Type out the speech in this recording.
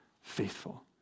faithful